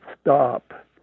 stop